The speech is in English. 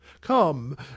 come